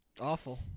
awful